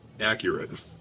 accurate